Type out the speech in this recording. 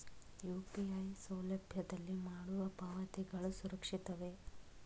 UPI ಸೌಲಭ್ಯದಲ್ಲಿ ಮಾಡುವ ಪಾವತಿಗಳು ಸುರಕ್ಷಿತವೇ?